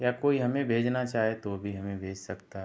या कोई हमें भेजना चाहे तो भी हमें भेज सकता है